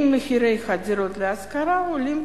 ואם מחירי הדירות להשכרה עולים,